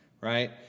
Right